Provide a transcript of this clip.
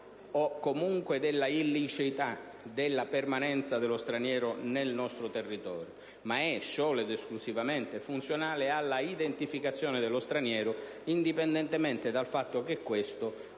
o, comunque, della illiceità della permanenza dello straniero nel nostro territorio, ma è solo ed esclusivamente funzionale alla identificazione dello straniero, indipendentemente dal fatto che questo